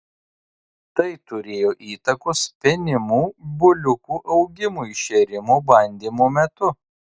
tai turėjo įtakos penimų buliukų augimui šėrimo bandymo metu